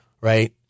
right